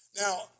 Now